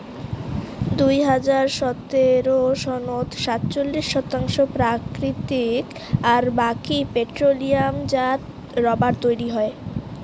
দুই হাজার সতের সনত সাতচল্লিশ শতাংশ প্রাকৃতিক আর বাকি পেট্রোলিয়ামজাত রবার তৈয়ার হয়